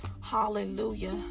hallelujah